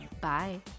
bye